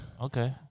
Okay